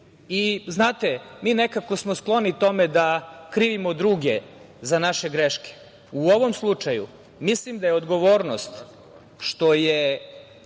mi nekako smo skloni tome da krivimo druge za naše greške. U ovom slučaju mislim da je odgovornost što je